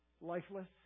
lifeless